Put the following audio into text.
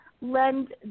lend